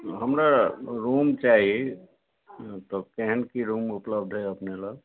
हमरा रूम मतलब केहन की रूम अछि अपने लग